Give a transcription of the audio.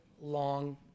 long